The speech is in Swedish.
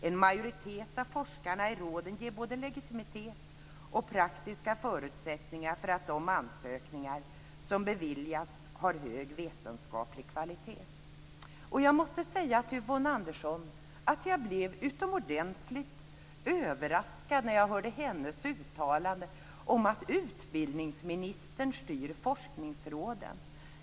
En majoritet av forskarna i råden ger både legitimitet och praktiska förutsättningar för att de ansökningar som beviljas har hög vetenskaplig kvalitet. Jag måste säga till Yvonne Andersson att jag blev utomordentligt överraskad när jag hörde hennes uttalande om att utbildningsministern styr forskningsråden.